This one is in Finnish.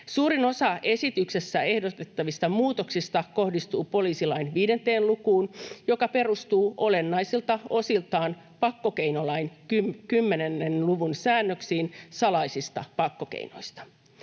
Suurin osa esityksessä ehdotettavista muutoksista kohdistuu poliisilain 5 lukuun, joka perustuu olennaisilta osiltaan pakkokeinolain 10 luvun säännöksiin salaisista pakkokeinoista.